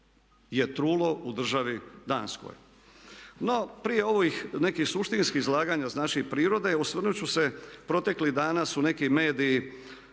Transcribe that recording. je trulo u državi Danskoj". No prije ovih nekih suštinskih izlaganja znači prirode osvrnuti ću se protekli dana su neki mediji